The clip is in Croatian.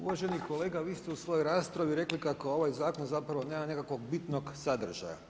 Uvaženi kolega, vi ste u svojoj raspravi rekli kako ovaj zakon zapravo nema nekakvog bitnog sadržaja.